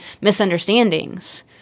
misunderstandings